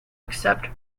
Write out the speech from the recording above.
accept